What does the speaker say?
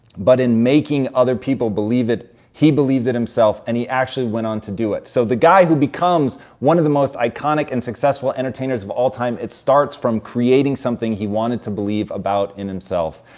but in making other people believe it, he believed it himself and he actually went on to do it. so the guy who becomes one of the most iconic and successful entertainers of all time, it starts from creating something he wanted to believe about in himself.